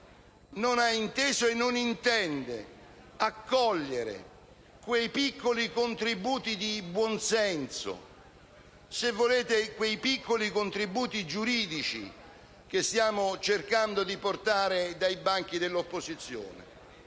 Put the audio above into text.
non ha inteso e non intende accogliere quei piccoli contributi di buonsenso, quei piccoli contributi giuridici, se volete, che stiamo cercando di portare dai banchi dell'opposizione.